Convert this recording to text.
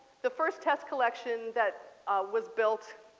the first test collection that was built